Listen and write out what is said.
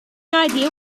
idea